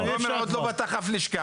תומר עוד לא פתח אף לשכה.